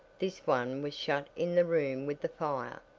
this one was shut in the room with the fire.